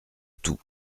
tout